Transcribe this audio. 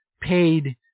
paid